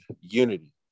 unity